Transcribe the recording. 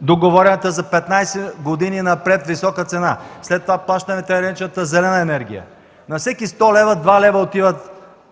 договорената за 15 години занапред висока цена. След това плащаме тъй наречената „зелена енергия”. На всеки 100 лв. 2 лв. отиват